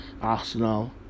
arsenal